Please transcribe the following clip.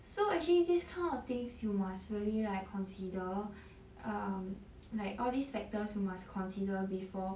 so actually this kind of things you must really like consider um like all these factors who must consider before